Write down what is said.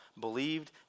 believed